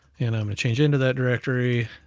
and i'm gonna change into that directory,